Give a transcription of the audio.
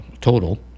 total